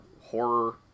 horror